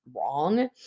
wrong